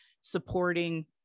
supporting